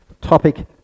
Topic